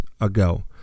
ago